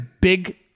big